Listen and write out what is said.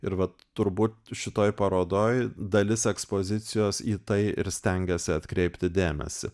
ir vat turbūt šitoj parodoj dalis ekspozicijos į tai ir stengiasi atkreipti dėmesį